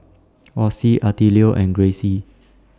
Ossie Attilio and Grayce